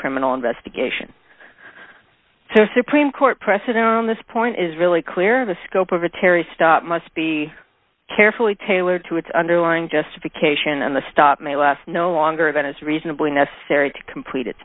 criminal investigation so supreme court precedent on this point is really clear the scope of a terry stop must be carefully tailored to its underlying justification and the stop my last no longer than is reasonably necessary to complete it